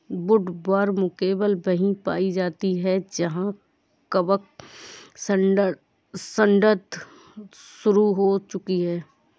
woodworm केवल वहीं पाई जाती है जहां कवक सड़ांध शुरू हो चुकी है